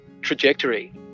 trajectory